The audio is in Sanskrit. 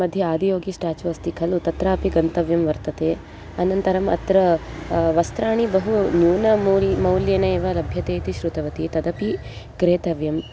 मध्ये आदियोगी श्टाचु अस्ति खलु तत्रापि गन्तव्यं वर्तते अनन्तरम् अत्र वस्त्राणि बहु न्यूनं मूल् मौल्यमेव लभ्यते इति शृतवती तदपि क्रेतव्यम्